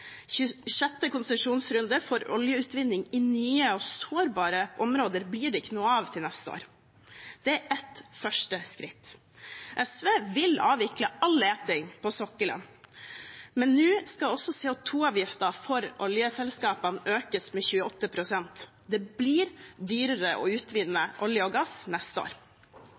konsesjonsrunde for oljeutvinning i nye og sårbare områder blir det ikke noe av til neste år. Det er ett første skritt. SV vil avvikle all leting på sokkelen, men nå skal også CO 2 -avgiften for oljeselskapene økes med 28 pst. Det blir dyrere å utvinne olje og gass neste år.